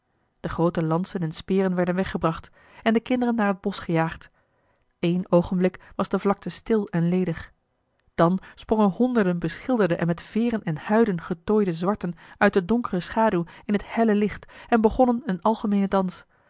de groote lansen en speren werden weggebracht en de kinderen naar het bosch gejaagd eén oogenblik was de vlakte stil en ledig dan sprongen honderden beschilderde en met veeren en huiden getooide zwarten uit de donkere schaduw in het helle licht en begonnen een algemeenen dans